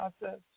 process